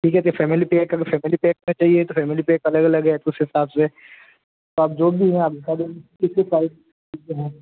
ठीक है तो फैमिली पैक कर लो फैमिली पैक में चाहिए तो फैमिली पैक अलग अलग है तो उस हिसाब से आप जो भी है आप बता देना किस किस प्राइज़ में देना है